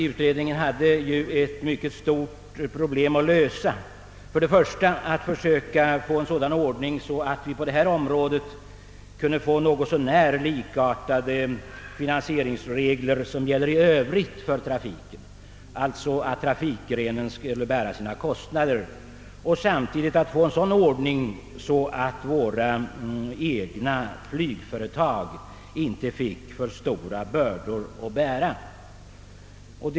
Utredningen hade ett mycket stort problem att lösa. Det gällde att försöka få en sådan ordning att finansieringsreglerna på detta område något så när liknade dem som gäller i övrigt för trafiken — trafikgrenen skulle alltså bära sina kostnader. Samtidigt gällde det att få en sådan ordning att våra egna flygföretag inte fick för stora bördor att bära.